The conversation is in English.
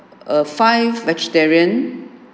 uh five vegetarian